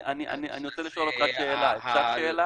אני רוצה לשאול אותך שאלה, אפשר שאלה?